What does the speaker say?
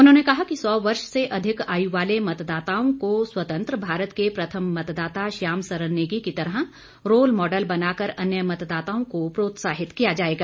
उन्होंने कहा कि सौ वर्ष से अधिक आयु वाले मतदाताओं को स्वतंत्री भारत के प्रथम मतदाता श्याम सरन नेगी की तरह रोल मॉडल बनाकर अन्य मतदाताओं को प्रोत्साहित किया जाएगा